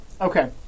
Okay